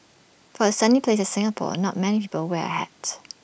for A sunny place Singapore not many people wear hat